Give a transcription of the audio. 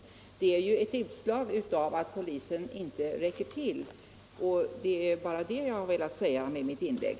Allt detta är ju utslag av att polisen inte räcker till. Det är bara det som jag har velat säga med mitt inlägg.